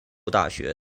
大学